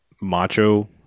macho